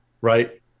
right